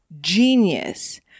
genius